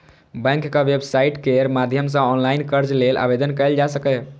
बैंकक वेबसाइट केर माध्यम सं ऑनलाइन कर्ज लेल आवेदन कैल जा सकैए